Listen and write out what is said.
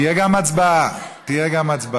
אני לא מוותרת על התשובה, תהיה גם הצבעה.